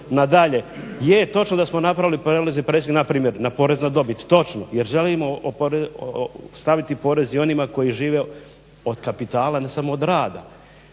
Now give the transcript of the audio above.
je točno da smo napravili prijelaz i presing npr. na porez na dobit. Točno, jer želimo staviti i porez onima koji žive od kapitala ne samo od rada.